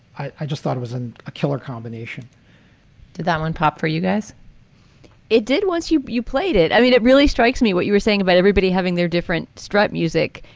i just thought it was and a killer combination to that one pop for you guys it did once you you played it. i mean, it really strikes me what you were saying about everybody having their different stripe music,